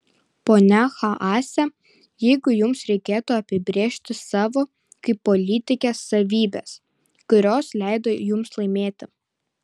ponia haase jeigu jums reikėtų apibrėžti savo kaip politikės savybes kurios leido jums laimėti